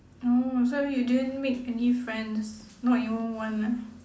orh so you didn't make any friends not even one ah